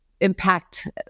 impact